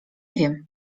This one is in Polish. wiem